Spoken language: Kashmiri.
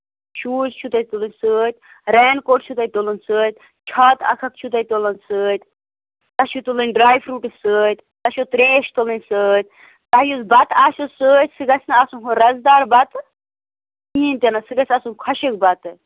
شوٗز چھُو تۄہہِ تُلٕنۍ سۭتۍ رین کوٹ چھُو تۄہہِ تُلُن سۭتۍ چھاتہٕ اَکھ اکھ چھُو تۄہہِ تُلُن سۭتۍ تۄہہِ چھِو تُلٕنۍ ڈرٛاے فرٛوٗٹہٕ سۭتۍ تۄہہِ چھَو ترٛیش تُلٕنۍ سۭتۍ تۄہہِ یُس بَتہٕ آسو سۭتۍ سُہ گَژھِ نہٕ آسُن سُہ رَسہٕ دار بَتہٕ کِہیٖنۍ تہِ نہٕ سُہ گَژھِ آسُن خۄشک بَتہٕ